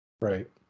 Right